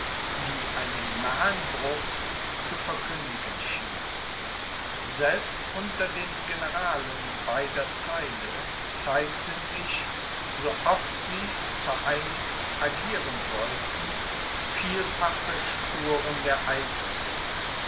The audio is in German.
die einen nahen bruch zu verkündigen schienen selbst unter den generalen beider theile zeigten sich so oft sie vereinigt agieren sollten vielfache spuren der eifersucht